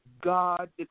God